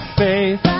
faith